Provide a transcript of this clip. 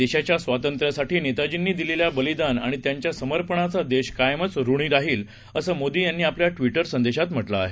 देशाच्यास्वातंत्र्यासाठीनेताजींनीदिलेल्याबलिदानआणित्यांच्यासमर्पणाचादेशकायमचऋणीराहिलअसंमोदीयांनीआपल्या प्रिति संदेशातम्ह जिंआहे